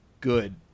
good